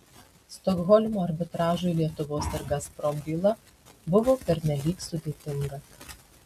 stokholmo arbitražui lietuvos ir gazprom byla buvo pernelyg sudėtinga